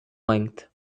length